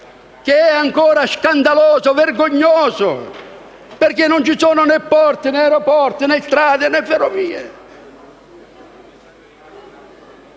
che è ancora più scandaloso e vergognoso, perché non ci sono né porti, né aeroporti, né strade, né ferrovie.